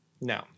No